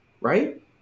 right